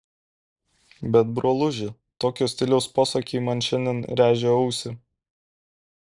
bet broluži tokio stiliaus posakiai man šiandien rėžia ausį